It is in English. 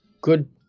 good